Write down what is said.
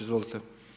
Izvolite.